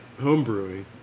homebrewing